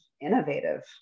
innovative